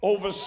Over